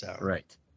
Right